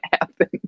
happen